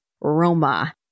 Roma